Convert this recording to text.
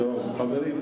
חברים,